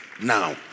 now